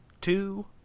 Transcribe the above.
two